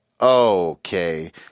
okay